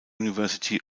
university